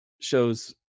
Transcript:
shows